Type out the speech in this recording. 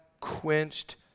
quenched